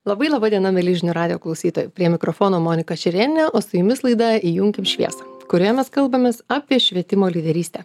labai laba diena mieli žinių radijo klausytojai prie mikrofono monika šerėnienė o su jumis laida įjunkim šviesą kurioje mes kalbamės apie švietimo lyderystę